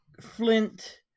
Flint